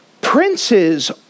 Princes